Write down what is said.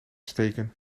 steken